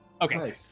Okay